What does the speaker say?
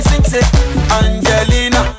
Angelina